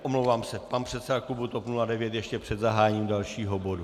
Omlouvám se, pan předseda klubu TOP 09 ještě před zahájením dalšího bodu.